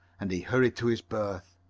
and he hurried to his berth.